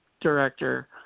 director